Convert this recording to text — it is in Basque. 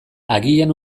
agian